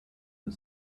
the